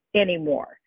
anymore